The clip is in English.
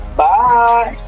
bye